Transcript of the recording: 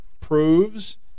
proves